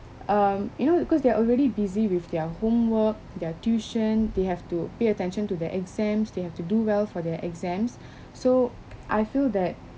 um you know because they're already busy with their homework their tuition they have to pay attention to their exams they have to do well for their exams so I feel that